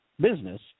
business